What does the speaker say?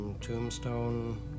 Tombstone